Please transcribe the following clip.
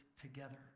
together